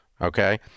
okay